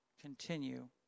continue